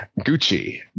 Gucci